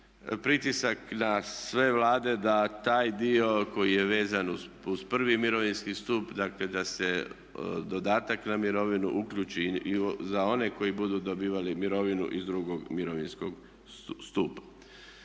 pritisak na sve Vlade da taj dio koji je vezan uz prvi mirovinski stup dakle da se dodatak na mirovinu uključi i za one koji budu dobivali mirovinu iz drugog mirovinskog stupa.